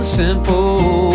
simple